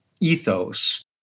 ethos